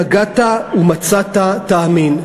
יגעת ומצאת תאמין.